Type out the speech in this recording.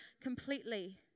completely